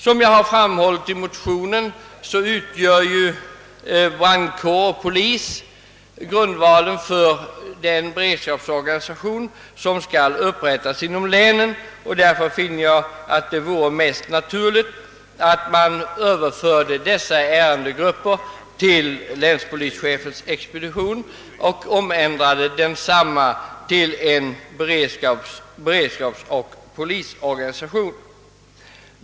Som jag framhållit i motionen utgör brandkår och polis grundvalen för den beredskapsorganisation som skall upprättas inom länen. Därför finner jag att det vore mest naturligt att överföra dessa ärendegrupper till länspolischefens expedition och ändra densamma till en beredskapsoch polisorganisation.